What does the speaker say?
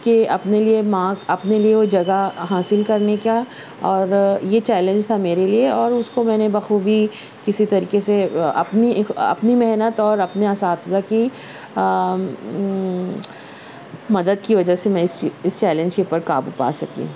کہ اپنے لیے مارک اپنے لیے جگہ حاصل کرنے کا اور یہ چیلنز تھا میرے لیے اور اس کو میں نے بخوبی کسی طریقے سے اپنی اپنی محنت اور اپنے اساتذہ کی مدد کی وجہ سے میں اس اس چیلنجز کے اوپر قابو پا سکی